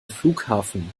flughafen